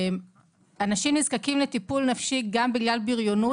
אנשים נזקקים לטיפול נפשי גם בגלל בריונות